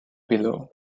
below